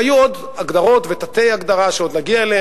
היו עוד הגדרות ותתי-הגדרה שעוד נגיע אליהם,